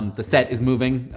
the set is moving.